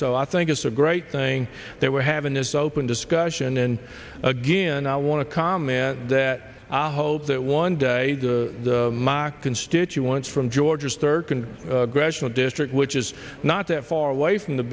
so i think it's a great thing that we're having this open discussion and again i want to comment that i hope that one day the moc constituents from georgia's third can gradual district which is not that far away from the